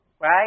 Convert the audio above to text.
right